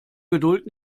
geduld